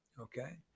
Okay